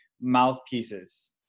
mouthpieces